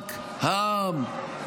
ורק העם.